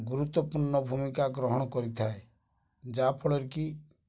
ଗୁରୁତ୍ୱପୂର୍ଣ୍ଣ ଭୂମିକା ଗ୍ରହଣ କରିଥାଏ ଯାହାଫଳରେ କି